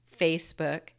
Facebook